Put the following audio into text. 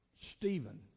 Stephen